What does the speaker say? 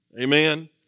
Amen